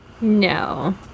No